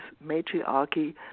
matriarchy